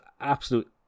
absolute